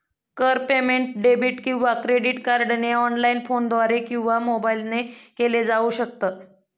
कर payment debit किंवा credit कार्डने ऑनलाइन, फोनद्वारे किंवा मोबाईल ने केल जाऊ शकत